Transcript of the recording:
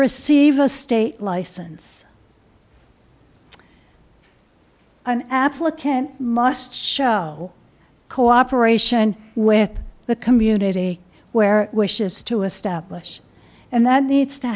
receive a state license an applicant must show cooperation with the community where wishes to establish and that needs to